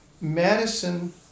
Madison